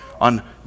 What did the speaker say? on